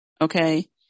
Okay